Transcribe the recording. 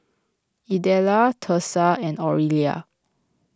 Idella Thursa and Orelia